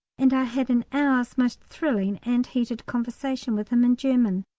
and i had an hour's most thrilling and heated conversation with him in german.